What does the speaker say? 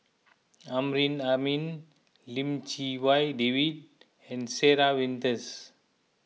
Amrin Amin Lim Chee Wai David and Sarah Winstedt